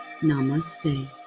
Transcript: Namaste